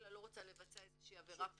חלילה לא רוצה לבצע איזו שהיא עבירה פלילית.